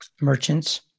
merchants